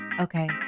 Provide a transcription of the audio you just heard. Okay